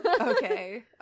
Okay